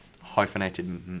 hyphenated